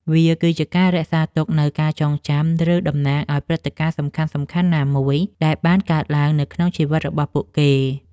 វាគឺជាការរក្សាទុកនូវការចងចាំ ឬតំណាងឱ្យព្រឹត្តិការណ៍សំខាន់ៗណាមួយដែលបានកើតឡើងនៅក្នុងជីវិតរបស់ពួកគេ។